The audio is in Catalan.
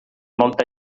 molta